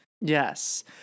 Yes